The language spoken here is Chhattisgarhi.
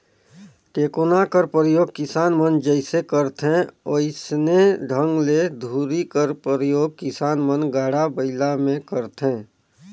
टेकोना कर परियोग किसान मन जइसे करथे वइसने ढंग ले धूरी कर परियोग किसान मन गाड़ा बइला मे करथे